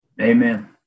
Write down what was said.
Amen